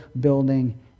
building